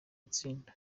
gutsinda